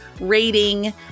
rating